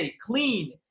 clean